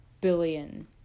billion